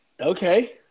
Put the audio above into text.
Okay